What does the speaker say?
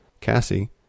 cassie